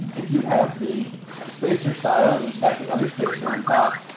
if you have the spacer style, and you stack another spacer on top,